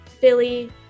Philly